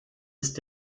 ist